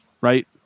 right